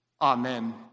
Amen